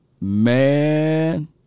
man